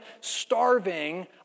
starving